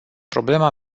problema